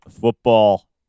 football